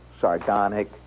sardonic